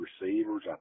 receivers